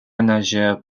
nageurs